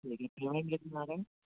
कितना आ रहा है